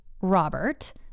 Robert